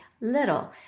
little